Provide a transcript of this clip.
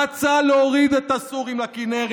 רצה להוריד את הסורים לכינרת.